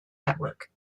network